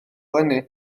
eleni